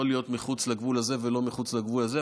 לא להיות מחוץ לגבול הזה ולא מחוץ לגבול הזה,